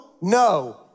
No